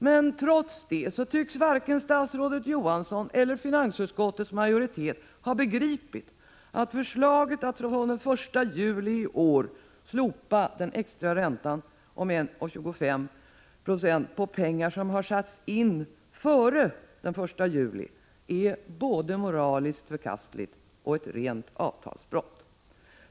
Men trots det tycks varken statsrådet Johansson eller finansutskottets majoritet ha begripit att förslaget att från den 1 juli i år slopa den extra räntan om 1,25 96 på pengar som satts in före den 1 juli är både moraliskt förkastligt och ett rent avtalsbrott.